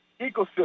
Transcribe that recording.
ecosystem